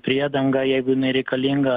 priedangą jeigu jinai reikalinga